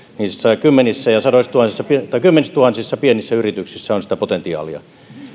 niissä kymmenissätuhansissa kymmenissätuhansissa pienissä yrityksissä on sitä potentiaalia